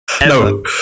No